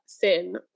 thin